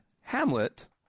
Hamlet